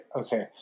Okay